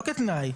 לא כתנאי.